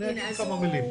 אותה כמעט באופן יומי,